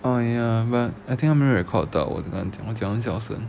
oh ya but I think 它没有 record 到我讲很小声